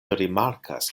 rimarkas